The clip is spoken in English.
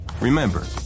Remember